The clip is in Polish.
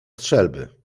strzelby